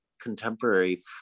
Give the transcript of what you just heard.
contemporary